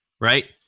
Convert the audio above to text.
right